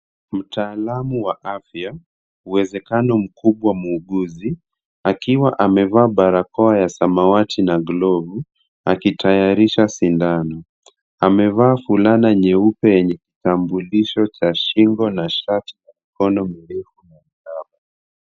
Mtaalamu wa afya uwezekano mkubwa muuguzi akiwa amevaa barakoa ya samawati na glovu akitayarisha sindano. Amevaa fulana nyeupe yenye kitambulisho cha shingo na shati ya mikono mirefu ya miraba.